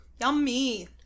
yummy